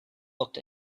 looked